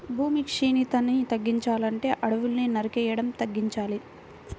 భూమి క్షీణతని తగ్గించాలంటే అడువుల్ని నరికేయడం తగ్గించాలి